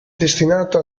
destinato